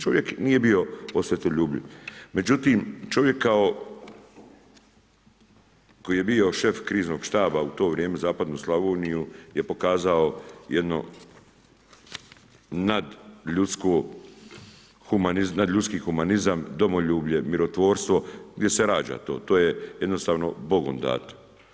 Čovjek nije bio osvetoljubljiv, međutim čovjek kao koji je bio šef križnog štaba u to vrijeme u zapadnoj Slavoniji je pokazao jednu nadljudski humanizam, domoljublje, mirotvorstvo gdje se rađa to, to je jednostavno Bogom dato.